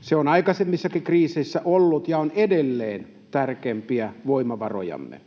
Se on aikaisemmissakin kriiseissä ollut ja on edelleen tärkeimpiä voimavarojamme.